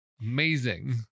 Amazing